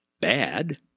bad